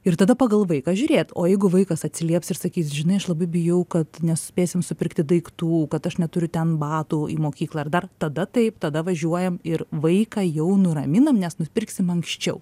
ir tada pagal vaiką žiūrėt o jeigu vaikas atsilieps ir sakys žinai aš labai bijau kad nespėsim supirkti daiktų kad aš neturiu ten batų į mokyklą ar dar tada taip tada važiuojam ir vaiką jau nuraminam nes nuspirksim anksčiau